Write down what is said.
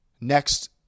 next